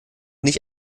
nicht